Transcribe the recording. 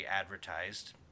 advertised